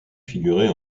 figurait